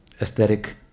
aesthetic